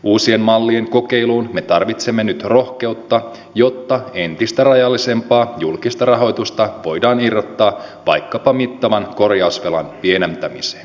uusien mallien kokeiluun me tarvitsemme nyt rohkeutta jotta entistä rajallisempaa julkista rahoitusta voidaan irrottaa vaikkapa mittavan korjausvelan pienentämiseen